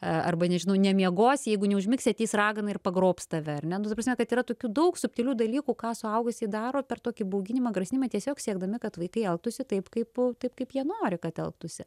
arba nežinau nemiegosi jeigu neužmigsi ateis ragana ir pagrobs tave ar ne nu ta prasme kad yra tokių daug subtilių dalykų ką suaugusieji daro per tokį bauginimą grasinimą tiesiog siekdami kad vaikai elgtųsi taip kaip taip kaip jie nori kad elgtųsi